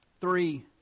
three